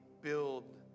build